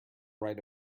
write